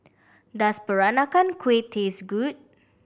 does Peranakan Kueh taste good